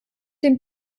dem